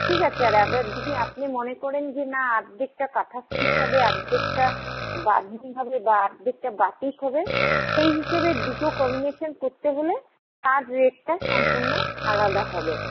ঠিক আছে আর আবার যদি আপনি মনে করেন যে না আদ্ধেকটা কাঁথা স্টিচ হবে অর্ধেকটা বাঁধনি হবে বা অর্ধেকটা বাটিক হবে সেই হিসেবে দুটো কম্বিনেশন করতে হলে তার রেটটা সম্পূর্ণ আলাদা হবে